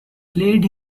played